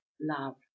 love